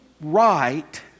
right